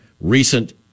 recent